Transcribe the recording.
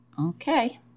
Okay